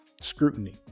scrutiny